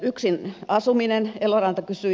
yksin asumisesta eloranta kysyi